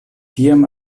tiam